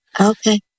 Okay